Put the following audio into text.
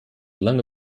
lange